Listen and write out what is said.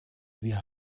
wir